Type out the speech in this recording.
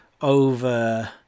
over